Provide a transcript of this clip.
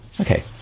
Okay